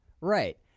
Right